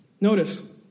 Notice